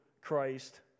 Christ